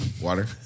Water